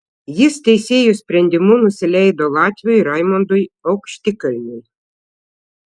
jis teisėjų sprendimu nusileido latviui raimondui aukštikalniui